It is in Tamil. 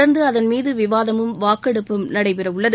தொடர்ந்து அதன் மீது விவாதமும் வாக்கெடுப்பும் நடைபெறவுள்ளது